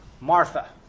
Martha